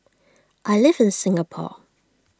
I live in Singapore